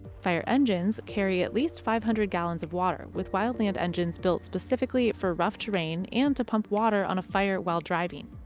fire engines carry at least five hundred gallons of water with wildland engines built specifically for rough terrain and to pump water on a fire while driving.